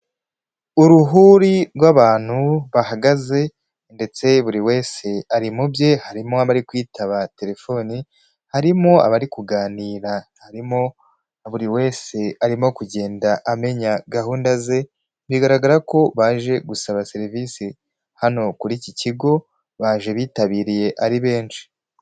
Uruhuri rw'abantu bahagaze ndetse buri wese ari mu bye harimo abari kwitaba telefoni harimo abari kuganira harimo buri wese arimo kugenda amenya gahunda ze bigaragara ko baje gusaba serivisi hano kuri iki kigo baje bitabiriye ari benshi.